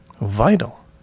Vital